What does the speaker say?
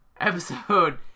Episode